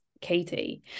Katie